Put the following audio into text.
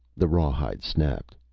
the rawhide snapped,